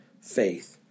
faith